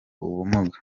ubumuga